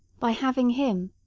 by having him,